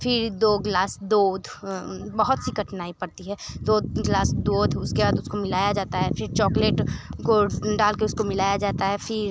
दो ग्लास दूध बहुत सी कठिनाई पड़ती है दो तीन ग्लास दूध उसके बाद उसको मिलाया जाता है फिर चोक्लेट को डाल के उसको मिलाया जाता है फिर